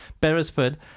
beresford